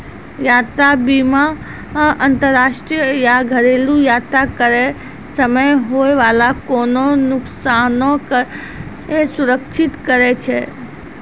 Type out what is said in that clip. यात्रा बीमा अंतरराष्ट्रीय या घरेलु यात्रा करै समय होय बाला कोनो नुकसानो के सुरक्षित करै छै